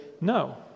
no